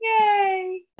yay